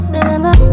Remember